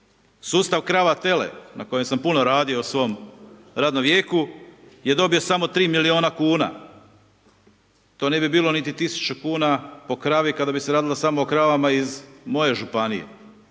Sustav krava-tele na kojem sam puno radio u svom radnom vijeku je dobio samo 3 milijuna kuna, to ne bi bilo niti 1000 kuna po kravi kada bise radilo samo o kravama iz moje županije